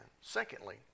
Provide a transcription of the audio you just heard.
Secondly